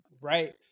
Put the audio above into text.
right